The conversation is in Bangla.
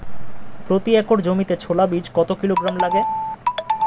প্রতি একর জমিতে ছোলা বীজ কত কিলোগ্রাম লাগে?